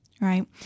right